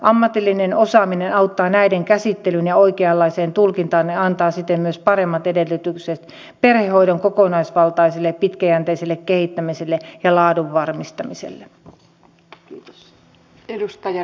ammatillinen osaaminen auttaa näiden käsittelyyn ja oikeanlaiseen tulkintaan ja antaa siten myös paremmat edellytykset perhehoidon kokonaisvaltaiselle ja pitkäjänteiselle kehittämiselle ja laadun varmistamiselle